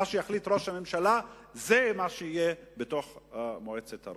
מה שיחליט ראש הממשלה זה מה שיהיה בתוך מועצת הרשות.